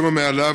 או שמא מעליו,